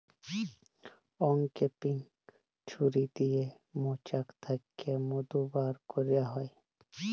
uncapping ছুরি দিয়ে মোচাক থ্যাকে মধু ব্যার ক্যারা হয়